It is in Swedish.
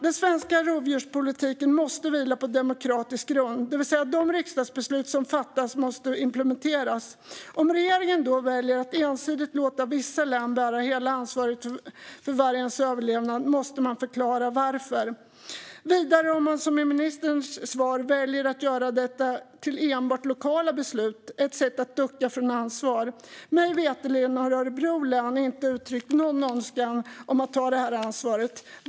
Den svenska rovdjurspolitiken måste vila på demokratisk grund. De riksdagsbeslut som fattas måste implementeras. Om regeringen då väljer att ensidigt låta vissa län bära hela ansvaret för vargens överlevnad måste man förklara varför. Vidare: Om man som i ministerns svar väljer att göra detta till enbart lokala beslut är det ett sätt att ducka från ansvar. Mig veterligen har Örebro län inte uttryckt någon önskan om att ta det här ansvaret.